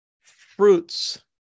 fruits